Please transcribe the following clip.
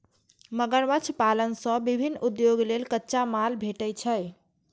मगरमच्छ पालन सं विभिन्न उद्योग लेल कच्चा माल भेटै छै